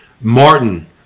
Martin